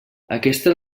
aquesta